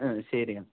ആഹ് ശരിയെന്നാല്